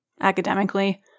academically